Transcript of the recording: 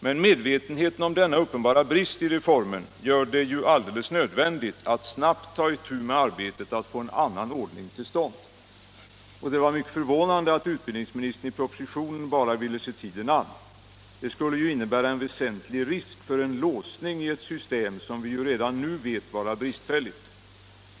Men medvetenheten om denna uppenbara brist i reformen gör det jualldeles nödvändigt att snabbt ta itu med arbetet att få en annan ordning till stånd. Det var mycket förvånande att utbildningsministern i propositionen bara ville se tiden an. Det skulle ju innebära en väsentlig risk för en låsning i ett system som vi redan nu vet är bristfälligt.